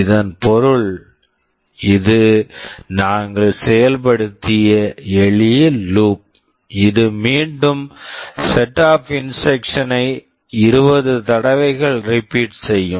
இதன் பொருள் இது நாங்கள் செயல்படுத்திய எளிய லூப் loop இது மீண்டும் set of instruction set of instructions ஐ 20 தடவைகள் timesரிபீட் repeat செய்யும்